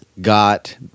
got